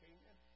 Amen